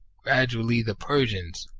gradually the persians,